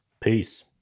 Peace